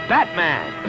Batman